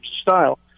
style